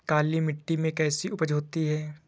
काली मिट्टी में कैसी उपज होती है?